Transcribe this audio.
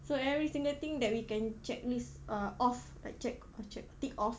so every single thing that we can checklist uh off like check no check tick off